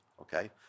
okay